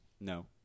no